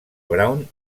brown